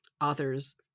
authors